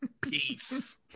Peace